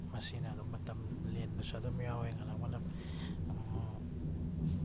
ꯃꯁꯤꯅ ꯑꯗꯨꯝ ꯃꯇꯝ ꯂꯦꯟꯕꯁꯨ ꯑꯗꯨꯝ ꯌꯥꯎꯏ ꯉꯍꯥꯛ ꯉꯍꯥꯛ